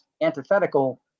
antithetical